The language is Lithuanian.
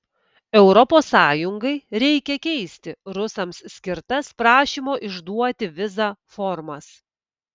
europos sąjungai reikia keisti rusams skirtas prašymo išduoti vizą formas